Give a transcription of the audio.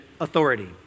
authority